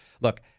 Look